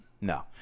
no